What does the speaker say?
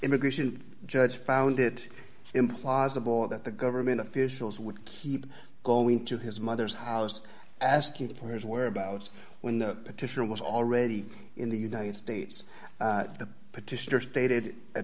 immigration judge found it implausible that the government officials would keep going to his mother's house asking for his whereabouts when the petitioner was already in the united states the petitioner stated a